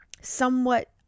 somewhat